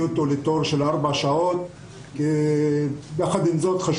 לוותר על הבדיקה הראשונה של ה-PCR במערכת החינוך,